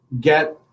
get –